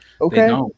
Okay